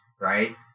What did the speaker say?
right